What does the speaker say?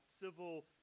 civil